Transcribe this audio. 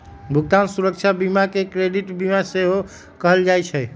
भुगतान सुरक्षा बीमा के क्रेडिट बीमा सेहो कहल जाइ छइ